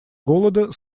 голода